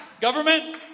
government